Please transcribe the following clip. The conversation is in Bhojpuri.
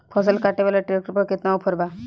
फसल काटे वाला ट्रैक्टर पर केतना ऑफर बा?